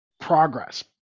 progress